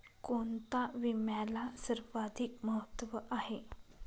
कोणता विम्याला सर्वाधिक महत्व आहे?